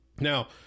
Now